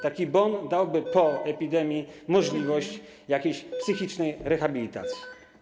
Taki bon dałby po epidemii możliwość jakiejś psychicznej rehabilitacji.